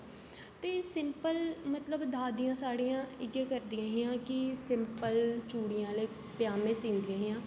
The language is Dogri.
ते सिंपल मतलब दादियां साढ़ियां इ'यै करदियां हियां कि सिंपल चुड़ियें आह्ले पजामें सिल्लदी हियां